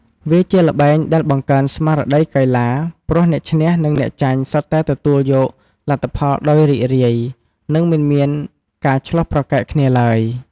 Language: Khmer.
វាជាល្បែងដែលបង្កើនស្មារតីកីឡា ព្រោះអ្នកឈ្នះនិងអ្នកចាញ់សុទ្ធតែទទួលយកលទ្ធផលដោយរីករាយ និងមិនមានការឈ្លោះប្រកែកគ្នាឡើយ។